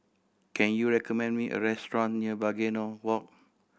can you recommend me a restaurant near Begonia Walk